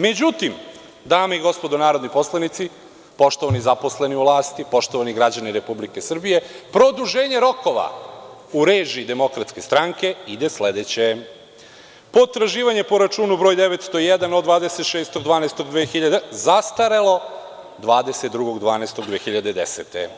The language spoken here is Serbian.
Međutim, dame i gospodo narodni poslanici, poštovani zaposleni u „Lasti“, poštovani građani Republike Srbije, produženje rokova u režiji Demokratske stranke, ide sledeće – potraživanje po računu broj 901 od 26.12.2000, zastarelo 12.12.2010. godine,